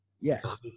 Yes